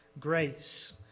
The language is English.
grace